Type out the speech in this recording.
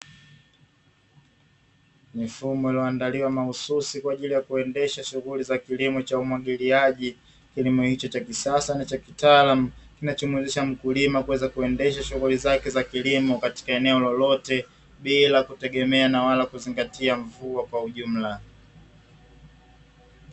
Mifumo iliyoandaliwa mahususi kwaajili ya kuendesha shughuli za umwagiliaji, zake za kilimo katika eneo lolote bila kutegemea na wala kuzingatia mvua kwa ujumla.